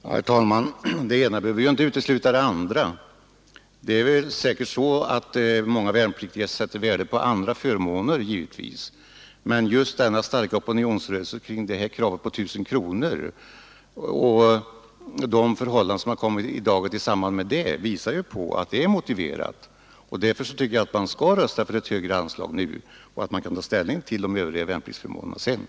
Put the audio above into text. Herr talman! Det ena behöver inte utesluta det andra. Många värnpliktiga sätter givetvis värde på andra förmåner, men just den starka opinionen kring kravet på 1 000 kronor i utryckningsbidrag och de förhållanden som kommit i dagen i samband därmed visar att det är motiverat att höja detta bidrag. Därför tycker jag att vi skall rösta för ett högre anslag nu och ta ställning till de övriga värnpliktsförmånerna senare.